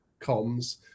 comms